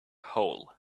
hole